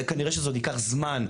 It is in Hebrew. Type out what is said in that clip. כנראה שזה עוד ייקח זמן,